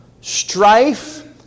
Strife